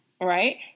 Right